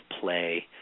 play